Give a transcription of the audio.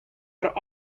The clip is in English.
are